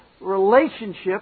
relationship